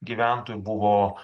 gyventojų buvo